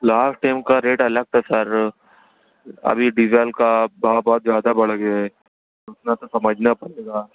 last time کا rate الگ تھا سر ابھی ڈیزل کا بھاؤ بہت زیادہ بڑھ گیا ہے اتنا تو سمجھنا پڑے گا